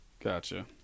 Gotcha